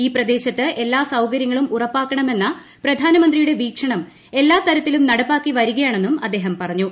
ഈ പ്രദേശത്ത് എല്ലാ സൌകര്യങ്ങളും ഉറപ്പാക്കണമെന്ന പ്രധാനമന്ത്രിയുടെ വീക്ഷണം എല്ലാതരത്തിലും നടപ്പാക്കി വരികയാണെന്നും അദ്ദേഹം പറഞ്ഞു